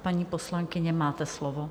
Paní poslankyně, máte slovo.